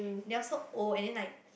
they are so old and then like